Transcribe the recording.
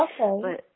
Okay